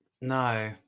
no